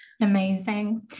amazing